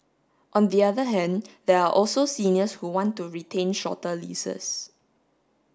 on the other hand there are also seniors who want to retain shorter leases